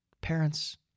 Parents